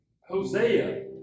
Hosea